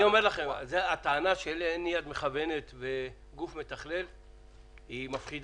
הטענה שאין יד מכוונת וגוף מתכלל היא מפחידה.